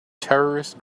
terrorist